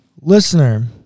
Listener